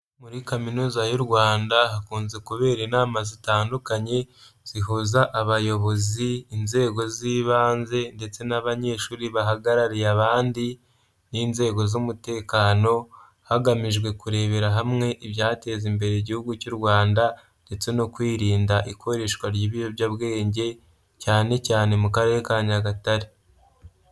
Muri kaminuza y'u Rwanda hakunze kubera inama zitandukanye zihuza abayobozi, inzego z'ibanze ndetse n'abanyeshuri bahagarariye abandi n'inzego z'umutekano hagamijwe kurebera hamwe ibyateza imbere igihugu cy'u Rwanda, ndetse no kwirinda ikoreshwa ry'ibiyobyabwenge cyane cyane mu karere ka nyagatare.